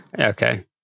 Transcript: Okay